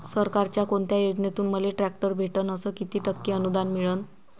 सरकारच्या कोनत्या योजनेतून मले ट्रॅक्टर भेटन अस किती टक्के अनुदान मिळन?